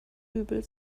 übel